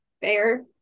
fair